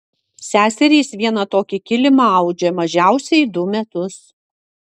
seserys vieną tokį kilimą audžia mažiausiai du metus